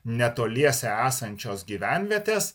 netoliese esančios gyvenvietės